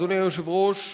אדוני היושב-ראש,